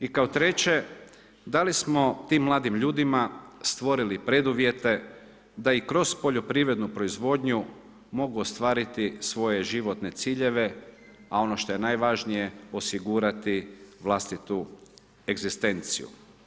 I kao treće, da li smo tim mladim ljudima stvorili preduvjete da i kroz poljoprivrednu proizvodnju mogu ostvariti svoje životne ciljeve a ono što je najvažnije, osigurati vlastitu egzistenciju?